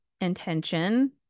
intention